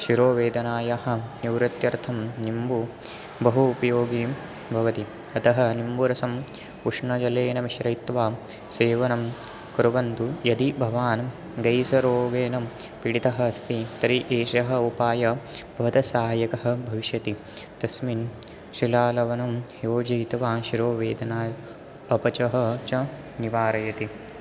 शिरोवेदनायाः निवृत्यर्थं निम्बः बहु उपयोगीं भवति अतः निम्बरसम् उष्णजलेन मिश्रयित्वा सेवनं कुर्वन्तु यदि भवान् गैसरोगेण पीडितः अस्ति तर्हि एषः उपायः भवतः साहाय्यकः भविष्यति तस्मिन् शिलालवनं योजयित्वा शिरोवेदना अपचः च निवारयति